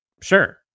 sure